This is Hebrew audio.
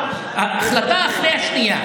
החלטה אחרי השנייה.